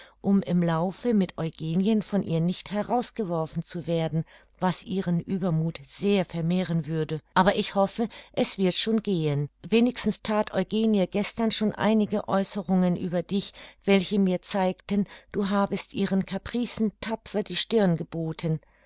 um im laufe mit eugenien von ihr nicht herausgeworfen zu werden was ihren uebermuth sehr vermehren würde aber ich hoffe es wird schon gehen wenigstens that eugenie gestern schon einige aeußerungen über dich welche mir zeigten du habest ihren capricen tapfer die stirn geboten